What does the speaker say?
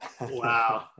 Wow